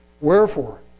wherefore